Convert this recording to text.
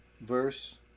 verse